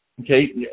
Okay